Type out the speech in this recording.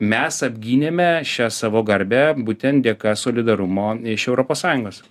mes apgynėme šią savo garbę būtent dėka solidarumo iš europos sąjungos